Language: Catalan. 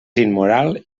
immoral